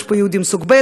יש פה יהודים סוג ב',